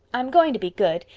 i'm going to be good,